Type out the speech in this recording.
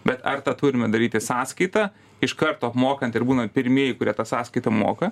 bet ar tą turime daryti sąskaita iš karto apmokant ir būnant pirmieji kurie tą sąskaitą moka